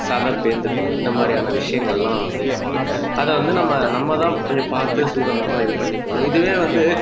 சதை பேர்ந்துக்கும் இந்த மாதிரியான விஷயங்கள்லாம் வந்து இருக்கு அதை வந்து நம்ம நம்மதான் கொஞ்சம் பாத்து சூதனமா இது பண்ணி போகணும் இதுவே வந்து